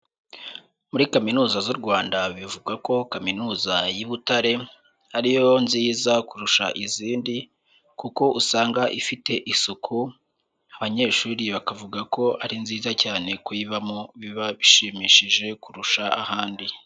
Muri kaminuza z'u Rwanda bivu ko Kaminuza y'i Butare ariyo nziza kurusha izindi kuko usanga ifite isuku, abanyeshuri bakavuga ko ari nziza cyane kuyibamo biba bishimishije kurusha ahandi.